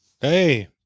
Hey